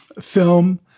film